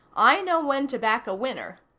i know when to back a winner.